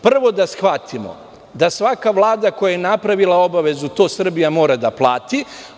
Prvo, da shvatimo da svaka vlada koja je napravila obavezu, Srbija to mora da plati.